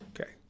Okay